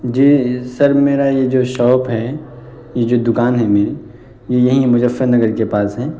جی sir میرا یہ جو شاپ ہے یہ جو دکان ہے میری یہ یہیں ہے مظفرنگر کے پاس ہیں